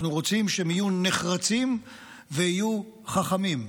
אנחנו רוצים שהם יהיו נחרצים ויהיו חכמים.